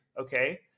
Okay